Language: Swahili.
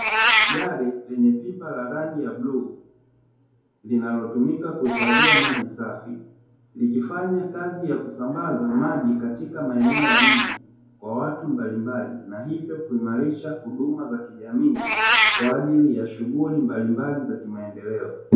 Gari lenye pipa ya bluu linalotumika kuhifadhia maji safi, likifanya kazi ya kusambaza maji katika maeneo ya mji kwa watu mbalimbali, na hivyo kuimarisha huduma za kijamii kwa ajili ya shughuli mbalimbali za maendeleo.